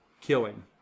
killing